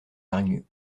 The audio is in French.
hargneux